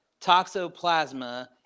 toxoplasma